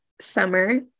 summer